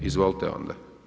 Izvolite onda.